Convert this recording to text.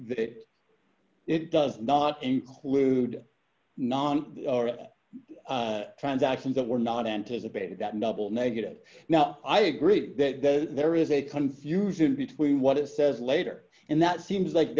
that it does not include non transactions that were not anticipated that novel negative now i agree that there is a confusion between what it says later and that seems like